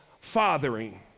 fathering